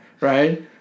right